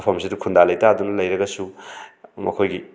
ꯃꯐꯝꯁꯤꯗ ꯈꯨꯟꯗꯥ ꯂꯩꯇꯥꯗꯨꯅ ꯂꯩꯔꯒꯁꯨ ꯃꯈꯣꯏꯒꯤ